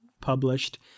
published